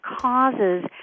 causes